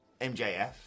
MJF